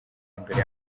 imbere